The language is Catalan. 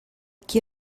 qui